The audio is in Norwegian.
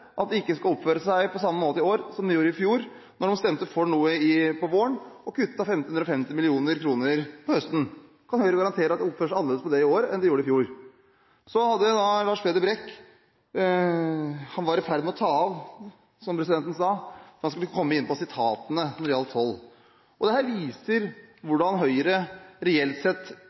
at de ikke skal oppføre seg på samme måte i år som de gjorde i fjor, da man stemte for noe om våren og kuttet 1 550 mill. kr om høsten? Kan Høyre garantere at de oppfører seg annerledes i år enn de gjorde i fjor? Så skal da Lars Peder Brekk ha vært i ferd med å ta av, som presidenten sa, da han skulle komme inn på sitatene når det gjaldt toll. Dette viser hvordan Høyre reelt sett